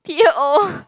P_O